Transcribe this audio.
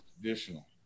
traditional